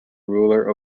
ruler